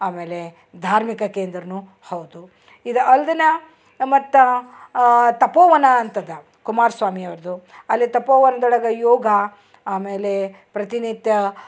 ಆಮೇಲೆ ಧಾರ್ಮಿಕ ಕೇಂದ್ರನು ಹೌದು ಇದು ಅಲ್ದೆನ ಮತ್ತು ತಪೋವನ ಅಂಥದ ಕುಮಾರ್ ಸ್ವಾಮಿ ಅವ್ರ್ದು ಅಲ್ಲಿ ತಪೋವನದೊಳ್ಗ ಯೋಗ ಆಮೇಲೆ ಪ್ರತಿನಿತ್ಯ